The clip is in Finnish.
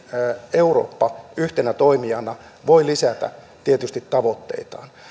eurooppa yhtenä toimijana voi lisätä tietysti tavoitteitaan